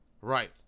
right